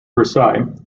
versailles